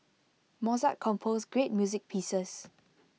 Mozart composed great music pieces